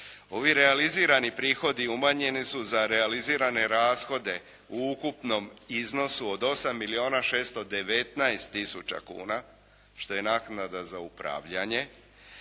Ovi realizirani prihodi umanjeni su za realizirane rashode u ukupnom iznosu od 8 milijuna 619 tisuća kuna što je naknada za upravljanje.